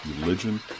religion